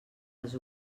les